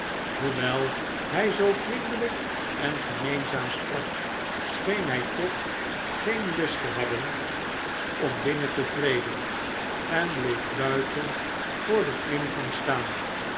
hoewel hij zoo vriendelijk en gemeenzaam sprak scheen hij toch geen lust te hebben om binnen te treden en bleef buiten voor den ingang staan